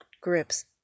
grips